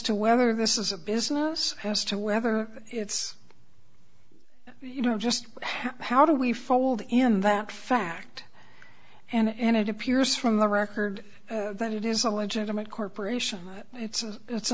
to whether this is a business as to whether it's you know just how do we fold in that fact and it appears from the record that it is a legitimate corporation it's an it's a